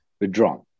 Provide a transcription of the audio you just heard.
withdrawn